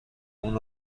اون